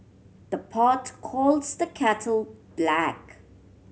the pot calls the kettle black